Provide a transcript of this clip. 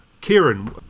Kieran